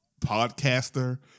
podcaster